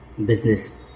Business